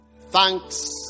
Thanks